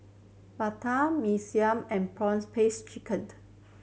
bandung Mee Siam and prawns paste chicken